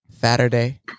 Saturday